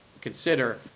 consider